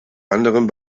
anderem